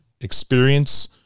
experience